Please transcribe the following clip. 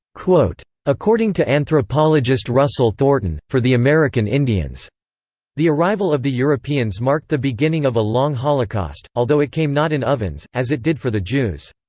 according to anthropologist russell thornton, for the american indians the arrival of the europeans marked the beginning of a long holocaust, although it came not in ovens, as it did for the jews.